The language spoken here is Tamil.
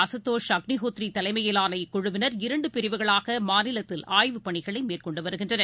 அசுதோஷ் அக்னிகோத்ரிதலைமையிலான இக்குழுவினர் இரண்டுபிரிவுகளாகமாநிலத்தில் ஆய்வுப் பணிகளைமேற்கொண்டுவருகின்றனர்